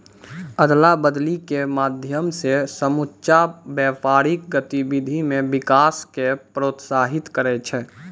अदला बदली के माध्यम से समुच्चा व्यापारिक गतिविधि मे विकास क प्रोत्साहित करै छै